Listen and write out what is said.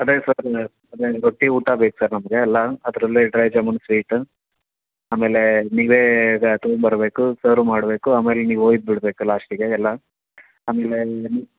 ಅದೇ ಸರ್ ಅದೇ ರೊಟ್ಟಿ ಊಟ ಬೇಕು ಸರ್ ನಮಗೆ ಎಲ್ಲಅದರಲ್ಲೇ ಡ್ರೈ ಜಾಮೂನು ಸ್ವೀಟ್ ಆಮೇಲೆ ನೀವೇ ಎಲ್ಲ ತಗೊಂಡ್ಬರ್ಬೇಕು ಸರ್ವ್ ಮಾಡಬೇಕು ಆಮೇಲೆ ನೀವು ಒಯ್ದು ಬಿಡ್ಬೇಕು ಲಾಸ್ಟಿಗೆ ಎಲ್ಲ ಆಮೇಲೆ